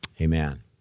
Amen